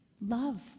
love